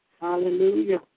Hallelujah